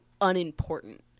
unimportant